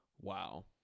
wow